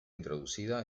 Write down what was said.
introducida